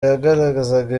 yagaragazaga